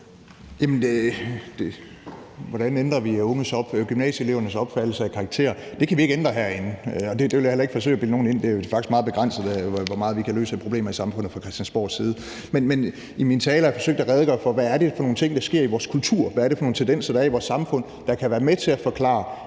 Hvordan ændrer vi gymnasieelevernes opfattelse af karakterer? Det kan vi ikke ændre herinde, og jeg vil heller ikke forsøge at bilde nogen ind, at vi kan det, for det er faktisk meget begrænset, hvor mange problemer i samfundet vi kan løse fra Christiansborgs side. Men jeg har i min tale forsøgt at redegøre for, hvad det er for nogle ting, der sker i vores kultur, hvad det er for nogle tendenser, der er i vores samfund, der kan være med til at forklare,